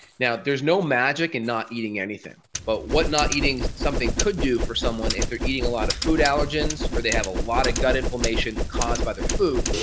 now there is no magic in not eating anything. but, what not eating something could do for someone, if they're eating a lot of food allergens, or they have a lot of gut inflammation caused by their food,